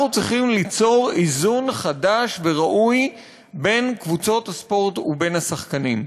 אנחנו צריכים ליצור איזון חדש וראוי בין קבוצות הספורט ובין השחקנים.